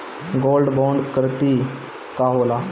Gold bond करतिं का होला?